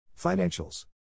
Financials